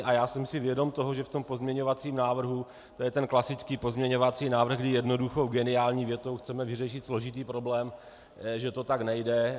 A já jsem si vědom toho, že v tom pozměňovacím návrhu, to je ten klasický pozměňovací návrh, kdy jednoduchou geniální větou chceme vyřešit složitý problém, že to tak nejde.